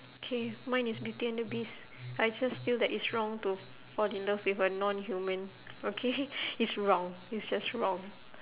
K mine is beauty and the beast I just feel that it's wrong to fall in love with a non-human okay it's wrong it's just wrong